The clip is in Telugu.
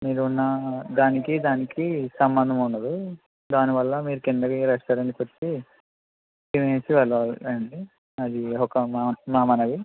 మీరున్న దానికి దానికి సంబంధం ఉండదు దాని వల్ల మీరు కిందకి రెస్టారెంట్ కు వచ్చి తినేసి వెళ్లాలండి అది ఒక మా మనవి